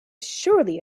surely